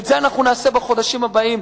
את זה אנחנו נעשה בחודשים הבאים,